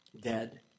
dead